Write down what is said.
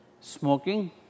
smoking